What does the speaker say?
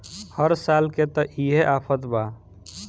हर साल के त इहे आफत बा